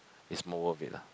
is more worth it lah